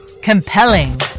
compelling